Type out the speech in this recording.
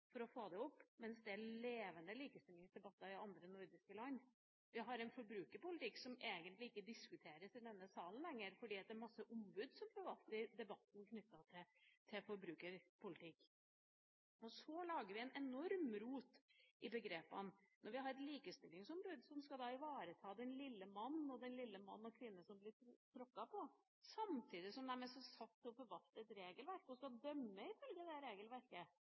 mens det er levende likestillingsdebatter i andre nordiske land. Vi har en forbrukerpolitikk som egentlig ikke diskuteres i denne salen lenger, fordi det er masse ombud som forvalter debatten knyttet til forbrukerpolitikk. Så lager vi et enormt rot i begrepene. Vi har et likestillingsombud som skal ivareta den lille mann, den lille mann og kvinne som blir tråkket på, samtidig som de altså er satt til å forvalte et regelverk og skal dømme etter det regelverket. Her